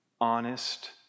honest